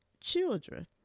children